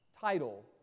title